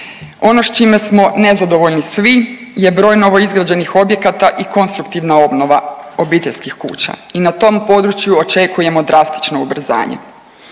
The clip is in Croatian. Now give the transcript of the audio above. Ono s čime smo nezadovoljni svi je broj novoizgrađenih objekata i konstruktivna obnova obiteljskih kuća i na tom području očekujemo drastično ubrzanje.